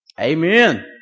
Amen